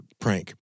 prank